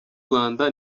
rwanda